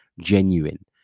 genuine